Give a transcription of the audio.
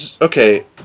Okay